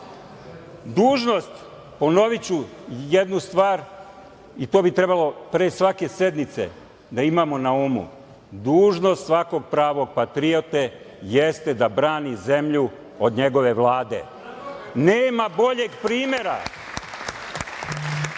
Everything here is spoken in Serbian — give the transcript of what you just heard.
prakse. Dužnost, ponoviću jednu stvar i to bi trebalo pre svake sednice da imamo na umu, dužnost svakog pravog patriote jeste da brani zemlju od njegove vlade. Nema boljeg primera